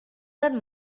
that